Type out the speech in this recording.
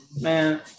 Man